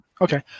Okay